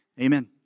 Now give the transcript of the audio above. Amen